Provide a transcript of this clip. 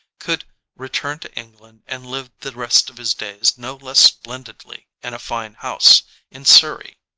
could return to england and live the rest of his days no less splendidly in a fine house in surrey.